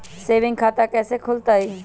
Saving खाता कैसे खुलतई?